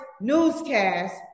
newscast